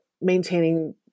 maintaining